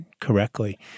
correctly